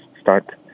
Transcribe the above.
start